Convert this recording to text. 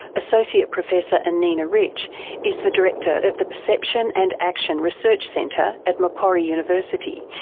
associate professor anina rich is the director of the perception and action research centre at macquarie university,